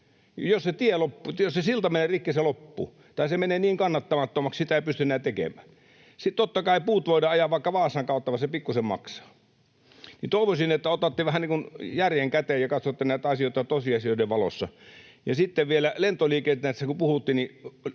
Jos se silta menee rikki, se loppuu, tai se menee niin kannattamattomaksi, että sitä ei pysty enää tekemään. Sitten totta kai puut voidaan ajaa vaikka Vaasan kautta, vaan se pikkusen maksaa. Toivoisin, että otatte vähän niin kuin järjen käteen ja katsotte näitä asioita tosiasioiden valossa. Ja sitten vielä lentoliikenteestä kun puhuttiin,